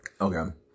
Okay